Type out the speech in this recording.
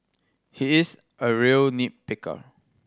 he is a real nit picker